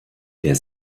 der